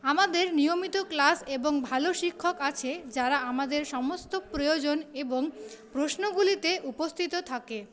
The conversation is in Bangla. আমাদের নিয়মিত ক্লাস এবং ভালো শিক্ষক আছে যারা আমাদের সমস্ত প্রয়োজন এবং প্রশ্নগুলিতে উপস্থিতও থাকে